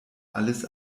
alles